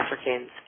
Africans